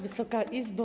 Wysoka Izbo!